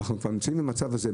אנחנו כבר נמצאים במצב הזה,